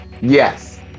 Yes